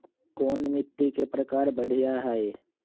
कोन मिट्टी के प्रकार बढ़िया हई?